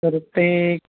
तर ते